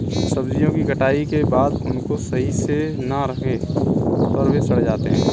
सब्जियों की कटाई के बाद उनको सही से ना रखने पर वे सड़ जाती हैं